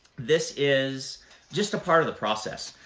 this is just a part of the process.